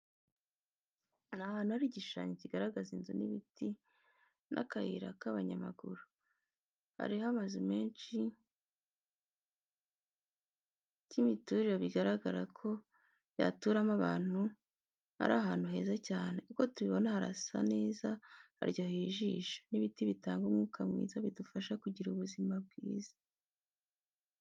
Ni ahanu hari igishushanyo kigaragaza inzu n'ibiti n'akayira k'abanyamaguru, hariho amazu menshi cy'imiturire bigaragara ko yaturamo abantu ari ahantu heza cyane uko tubibona harasa neza haryoheye ijisho n'ibiti bitanga umwuka mwiza bidufasha kugira ubuzima bwiza.